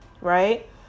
right